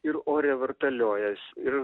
ir ore vartaliojas ir